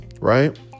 right